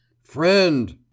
Friend